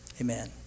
amen